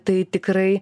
tai tikrai